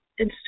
Instagram